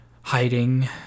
hiding